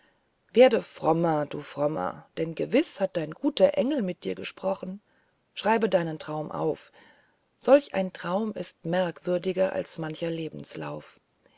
werde frommer du frommer denn gewiß hat dein guter engel mit dir gesprochen schreibe deinen traum auf solch ein traum ist merkwürdiger als mancher lebenslauf